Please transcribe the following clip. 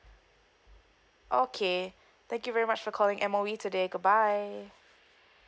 okay thank you very much for calling M_O_E today goodbye